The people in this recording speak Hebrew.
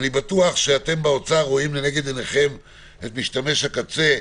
אני בטוח שאתם באוצר רואים לנגד עיניכם את משתמשי הקצה,